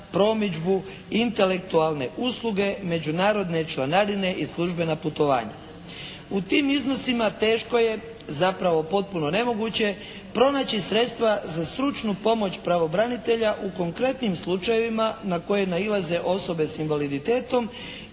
promidžbu, intelektualne usluge, međunarodne članarine i službena putovanja. U tim iznosima teško je, zapravo potpuno nemoguće pronaći sredstva za stručnu pomoć pravobranitelja u konkretnim slučajevima na koje nailaze osobe sa invaliditetom